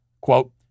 Quote